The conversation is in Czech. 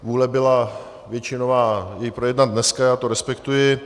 Vůle byla většinová jej projednat dneska, já to respektuji.